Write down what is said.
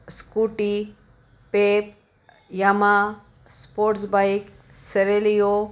scooty Pep Yamaha sports bike Celerio